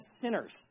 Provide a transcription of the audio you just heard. sinners